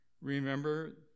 Remember